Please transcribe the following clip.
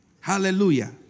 Hallelujah